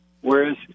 whereas